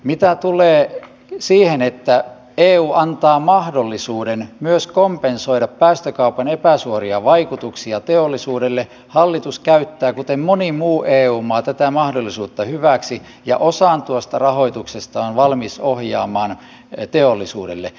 mitä tulee siihen että eu antaa mahdollisuuden myös kompensoida päästökaupan epäsuoria vaikutuksia teollisuudelle hallitus käyttää kuten moni muu eu maa tätä mahdollisuutta hyväksi ja on osan tuosta rahoituksesta valmis ohjaamaan teollisuudelle